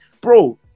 bro